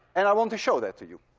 and i want to show that to you.